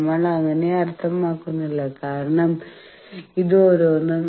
നമ്മൾ അങ്ങനെ അർത്ഥമാക്കുന്നില്ല കാരണം ഇത് ഓരോന്നും